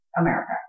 America